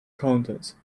contents